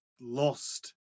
lost